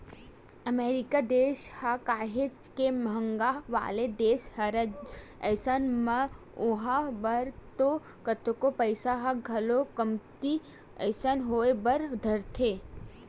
अमरीका देस ह काहेच के महंगा वाला देस हरय अइसन म उहाँ बर तो कतको पइसा ह घलोक कमती असन होय बर धरथे